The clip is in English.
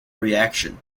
reaction